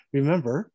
Remember